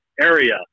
area